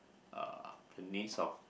uh the needs of